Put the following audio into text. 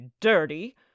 dirty